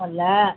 வரல்ல